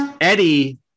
Eddie